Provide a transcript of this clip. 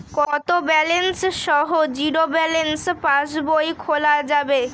কত ব্যালেন্স সহ zero balance পাসবই খোলা যাবে?